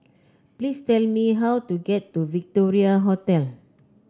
please tell me how to get to Victoria Hotel